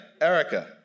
Erica